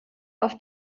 auf